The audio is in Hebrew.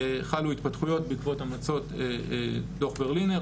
חלו התפתחויות בעקבות המלצות דוח ברלינר,